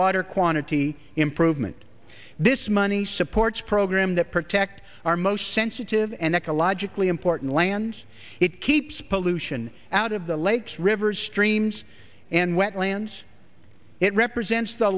water quantity improvement this money supports program that protect our most sensitive and ecologically important lands it keeps pollution out of the lakes rivers streams and wetlands it represents the